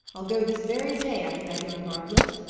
i'll go this very day after that young bartlett.